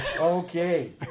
Okay